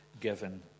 given